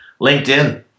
LinkedIn